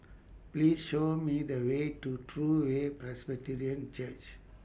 Please Show Me The Way to True Way Presbyterian Church